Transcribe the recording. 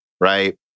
right